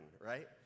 right